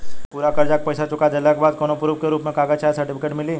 पूरा कर्जा के पईसा चुका देहला के बाद कौनो प्रूफ के रूप में कागज चाहे सर्टिफिकेट मिली?